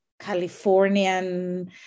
Californian